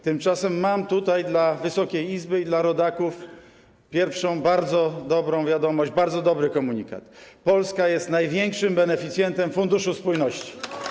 Tymczasem mam dla Wysokiej Izby i dla rodaków pierwszą bardzo dobrą wiadomość, bardzo dobry komunikat: Polska jest największym beneficjentem Funduszu Spójności.